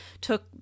took